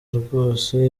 rwose